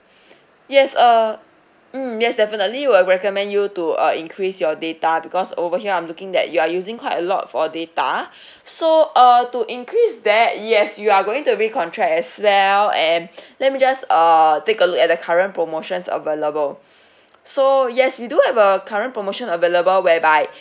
yes err hmm yes definitely we'll recommend you to uh increase your data because over here I'm looking that you are using quite a lot for data so uh to increase that yes you are going to recontract as well and let me just uh take a look at the current promotions available so yes we do have a current promotion available whereby